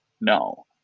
no